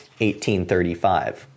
1835